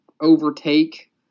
overtake